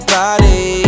body